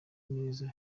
neza